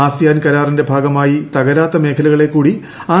ASEAN കരാറിന്റെ ഭാഗമായി തകരാത്ത മേഖലകളെ കൂടി ആർ